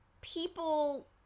people